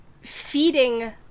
feeding